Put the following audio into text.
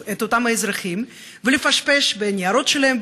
את אותם האזרחים ולפשפש בניירות שלהם,